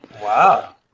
wow